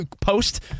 post